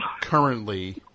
currently